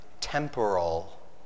temporal